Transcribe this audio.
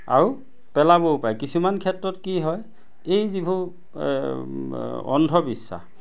আৰু পেলাবও পাৰে কিছুমান ক্ষেত্ৰত কি হয় এই যিবোৰ অন্ধবিশ্বাস